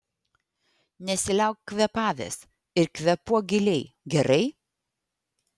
nesiliauk kvėpavęs ir kvėpuok giliai gerai